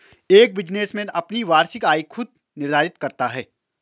एक बिजनेसमैन अपनी वार्षिक आय खुद निर्धारित करता है